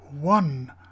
one